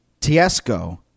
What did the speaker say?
Tiesco